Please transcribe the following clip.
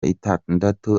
itandatu